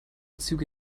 züge